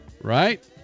right